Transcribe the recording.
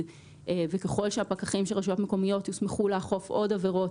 וככל שהפקחים של רשויות מקומיות יוסמכו לאכוף עוד עבירות